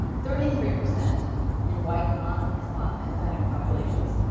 thirty three percent in white non hispanic hispanic populations,